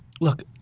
look